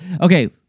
okay